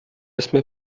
اسم